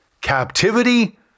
captivity